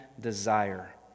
desire